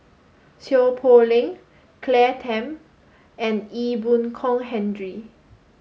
Seow Poh Leng Claire Tham and Ee Boon Kong Henry